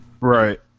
right